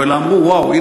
אלא אמרו: וואי,